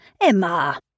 Emma